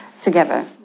together